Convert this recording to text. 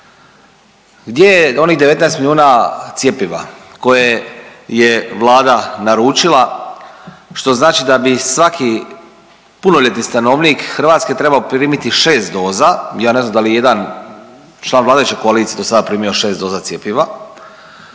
Gdje je onih 19 milijuna cjepiva koje je Vlada naručila što znači da bi svaki punoljetni stanovnik Hrvatske trebao primiti 6 doza, ja ne znam da li jedan član vladajuće do sada primio 6 doza cjepiva,